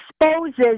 exposes